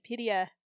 Wikipedia